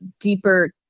deeper